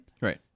right